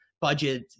budget